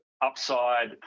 upside